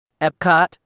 Epcot